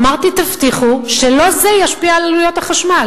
אמרתי: תבטיחו שלא זה ישפיע על עלויות החשמל.